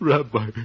Rabbi